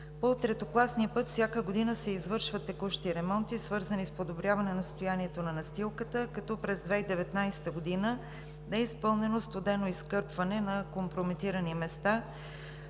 По третокласния път всяка година се извършват текущи ремонти, свързани с подобряване на състоянието на настилката, като през 2019 г. е изпълнено студено изкърпване на компрометирани места